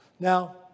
Now